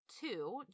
two